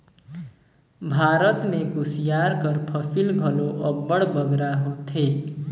भारत में कुसियार कर फसिल घलो अब्बड़ बगरा होथे